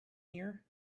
here